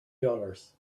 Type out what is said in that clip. dollars